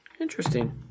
Interesting